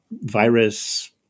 virus